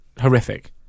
Horrific